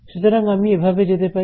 সুতরাং আমি এভাবে যেতে পারি